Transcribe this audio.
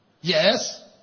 Yes